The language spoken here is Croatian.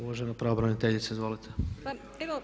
Uvažena pravobraniteljica, izvolite.